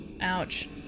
Ouch